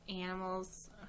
animals